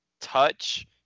touch